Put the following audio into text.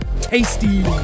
tasty